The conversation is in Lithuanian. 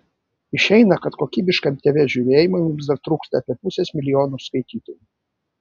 išeina kad kokybiškam tv žiūrėjimui mums dar trūksta apie pusės milijono skaitytojų